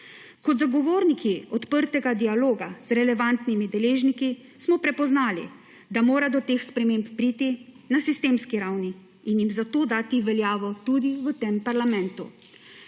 Kot zagovorniki odprtega dialoga, z relevantnimi deležniki, smo prepoznali, da mora do teh sprememb priti na sistemski ravni in jim zato dati veljavo tudi v tem parlamentu.